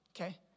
okay